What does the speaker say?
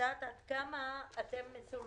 כמה אתם,